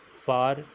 far